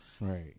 right